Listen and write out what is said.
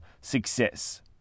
success